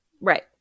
right